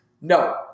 No